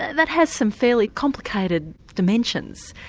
that has some fairly complicated dimensions.